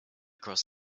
cross